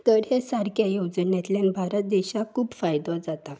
तर हे सारक्या येवजणेंतल्यान भारत देशाक खूब फायदो जाता